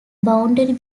boundary